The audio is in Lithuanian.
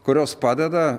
kurios padeda